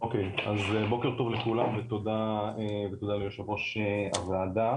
אוקיי אז בוקר טוב לכולם ותודה ליושב ראש הועדה,